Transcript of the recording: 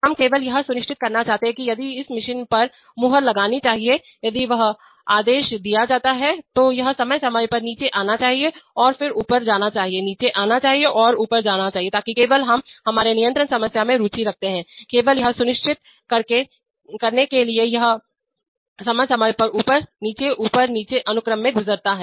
हम केवल यह सुनिश्चित करना चाहते हैं कि यदि इस मशीन पर मुहर लगनी चाहिए यदि वह आदेश दिया जाता है तो यह समय समय पर नीचे आना चाहिए और फिर ऊपर जाना चाहिए नीचे आना चाहिए और ऊपर जाना चाहिए ताकि केवल हम हमारे नियंत्रण समस्या में रुचि रखते हैं केवल यह सुनिश्चित करने के लिए कि यह समय समय पर ऊपर नीचे ऊपर नीचे अनुक्रम से गुजरता है